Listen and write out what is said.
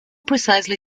precisely